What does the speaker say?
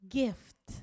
gift